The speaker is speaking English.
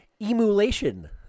emulation